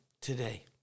today